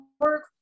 work